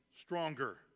stronger